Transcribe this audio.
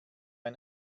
ein